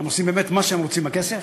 הן עושות באמת מה שהן רוצות עם הכסף,